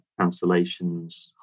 cancellations